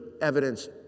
evidence